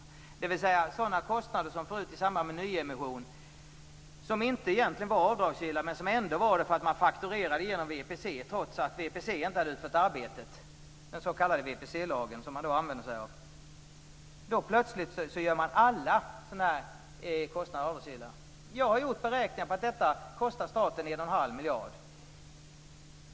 Förut var dessa kostnader i samband med nyemission inte avdragsgilla, men i praktiken blev de det genom att man fakturerade genom VPC - trots att VPC inte hade utfört arbetet. Man använde sig av den s.k. VPC-lagen. Då plötsligt gjordes alla sådana kostnader avdragsgilla. Jag har gjort beräkningar som visar att det kostar staten en och en halv miljard.